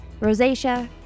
Rosacea